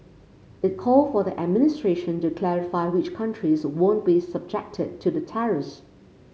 it called for the administration to clarify which countries won't be subject to the tariffs